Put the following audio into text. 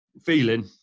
feeling